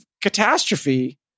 catastrophe